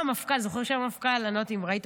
אני לא יודעת אם ראית.